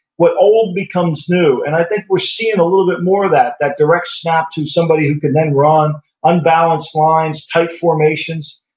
what old becomes new, and i think we're seeing a little bit more of that. that direct snap to somebody who can then run unbalanced lines, tight formations.